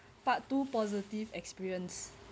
part two positive experience